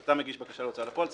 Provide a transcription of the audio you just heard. כשאתה מגיש בקשה להוצאה לפועל,